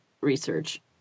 research